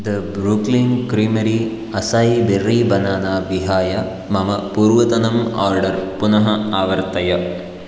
the Brooklyn creamery acai berry banana विहाय मम पूर्वतनम् आर्डर् पुनः आवर्तय